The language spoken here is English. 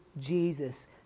Jesus